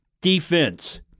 Defense